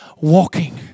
walking